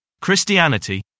Christianity